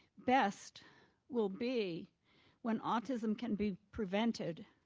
best will be when autism can be prevented,